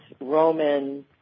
Roman